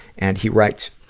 and he writes,